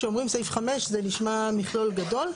כשאומרים סעיף 5 זה נשמע מכלול גדול.